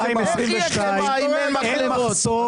ב-2022 אין מחסור